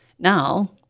Now